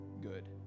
good